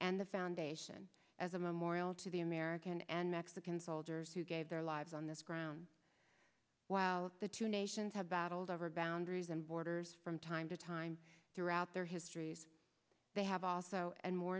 and the foundation as a memorial to the american and mexican soldiers who gave their lives on this ground while the two nations have battled over boundaries and borders from time to time throughout their histories they have also and more